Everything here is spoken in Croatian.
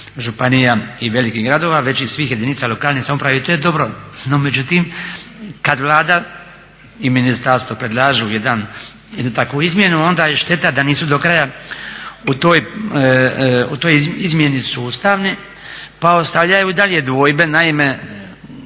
županija i velikih gradova već i svih jedinica lokalne samouprave i to je dobro, no međutim kad Vlada i ministarstvo predlažu jednu takvu izmjenu onda je šteta da nisu do kraja u toj izmjeni sustavni pa ostavljaju i dalje dvojbe. Naime,